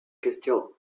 question